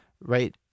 Right